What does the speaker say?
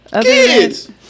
Kids